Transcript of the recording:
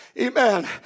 Amen